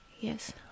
yes